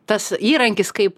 tas įrankis kaip